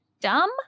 dumb